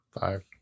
five